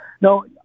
no